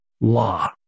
law